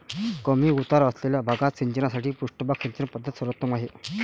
कमी उतार असलेल्या भागात सिंचनासाठी पृष्ठभाग सिंचन पद्धत सर्वोत्तम आहे